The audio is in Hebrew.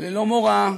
וללא מורא,